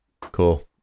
Cool